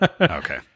okay